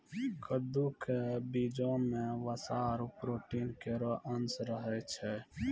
कद्दू क बीजो म वसा आरु प्रोटीन केरो अंश रहै छै